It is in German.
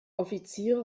offiziere